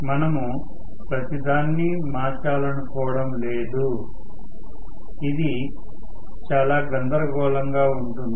మనము ప్రతిదాన్ని మార్చాలనుకోవడం లేదు అది చాలా గందరగోళంగా ఉంటుంది